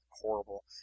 horrible